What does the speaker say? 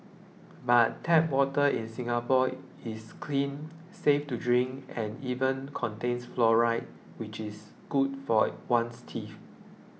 but tap water in Singapore is clean safe to drink and even contains fluoride which is good for one's teeth